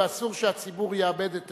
ואסור שהציבור יאבד את אמונו.